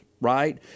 right